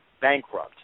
bankrupt